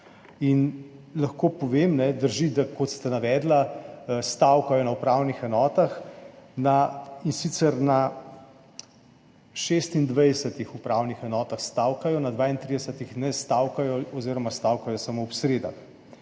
lahko povem, da drži, kot ste navedli, stavkajo na upravnih enotah, in sicer na 26 upravnih enotah stavkajo, na 32 ne stavkajo oziroma stavkajo samo ob sredah.